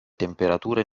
temperature